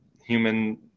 human